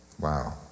Wow